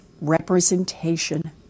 representation